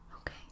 Okay